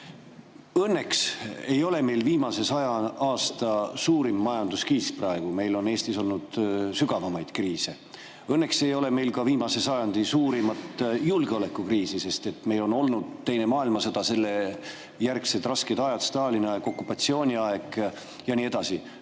Õnneks ei ole meil praegu viimase 100 aasta suurim majanduskriis, meil on Eestis olnud sügavamaid kriise. Õnneks ei ole meil ka viimase sajandi suurim julgeolekukriis, sest meil on olnud teine maailmasõda ja sellele järgnenud rasked ajad: Stalini aeg, okupatsiooniaeg jne.